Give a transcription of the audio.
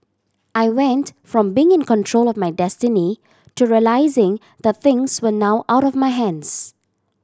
I went from being in control of my destiny to realising the things were now out of my hands